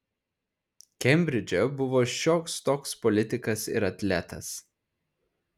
kembridže buvo šioks toks politikas ir atletas